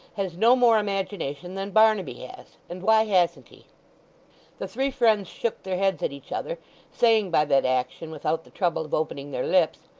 has no more imagination than barnaby has. and why hasn't he the three friends shook their heads at each other saying by that action, without the trouble of opening their lips,